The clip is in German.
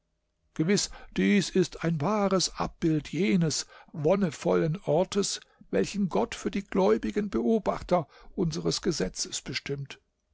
gewiß dies ist ein wahres abbild jenes wonnevollen ortes welchen gott für die gläubigen beobachter unseres gesetzes bestimmt